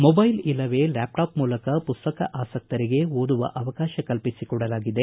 mobile ಇಲ್ಲವೇ laptop ಮೂಲಕ ಪುಸಕ್ತ ಆಸ್ತಕರಿಗೆ ಓದುವ ಅವಕಾಶ ಕಲ್ಪಿಸಿ ಕೊಡಲಾಗಿದೆ